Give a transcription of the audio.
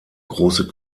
große